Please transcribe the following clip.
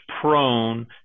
prone